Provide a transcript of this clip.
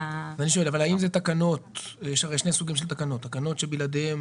יש הרי שני סוגים של תקנות: תקנות שבלעדיהן